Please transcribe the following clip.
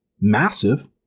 massive